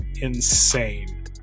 insane